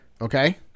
okay